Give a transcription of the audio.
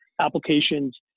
applications